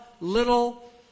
little